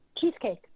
cheesecake